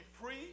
free